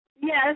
Yes